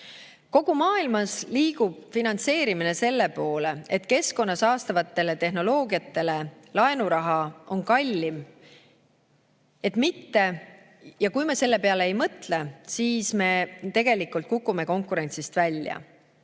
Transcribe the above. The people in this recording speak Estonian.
Kogu maailmas liigub finantseerimine selle poole, et keskkonda saastavatele tehnoloogiatele laenuraha [andmine] on kallim. Kui me selle peale ei mõtle, siis me tegelikult kukume konkurentsist välja.